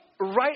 right